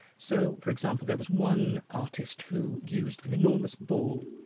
so, for example, there was one artist who used an enormous ball,